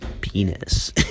Penis